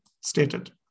stated